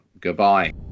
Goodbye